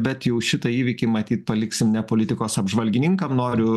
bet jau šitą įvykį matyt paliksim ne politikos apžvalgininkam noriu